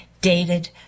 dated